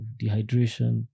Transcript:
dehydration